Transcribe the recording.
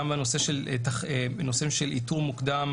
של איתור מוקדם